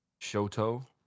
Shoto